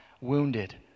wounded